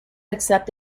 except